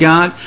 God